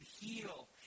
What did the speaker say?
heal